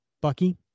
Bucky